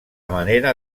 manera